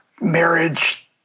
marriage